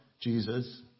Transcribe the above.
Jesus